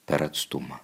per atstumą